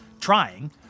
trying